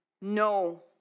no